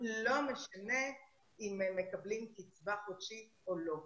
לא משנה אם הם מקבלים קצבה חודשית או לא.